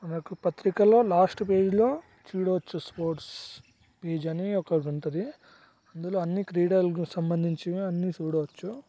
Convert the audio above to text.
మనకు పత్రికల్లో లాస్ట్ పేజీలో చూడవచ్చు స్పోర్ట్స్ పేజ్ అని ఒకటి ఉంటుంది అందులో అన్ని క్రీడలకి సంబంధించినవి అన్నీ చూడవచ్చు